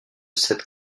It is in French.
sept